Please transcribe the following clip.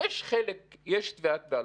בחלק יש תביעת בעלות,